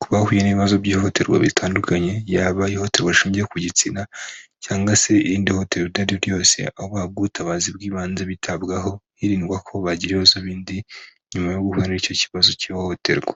ku bahuye n'ibibazo byihohoterwa bitandukanye yaba ihohoterwa rishingiye ku gitsina cyangwa se irindi hohoterwa iryariryo ryose aho bahabwa ubutabazi bw'ibanze bitabwaho hirindwa ko bagira ibibazo bindi nyuma yo guhura nicyo kibazo cy'ihohoterwa.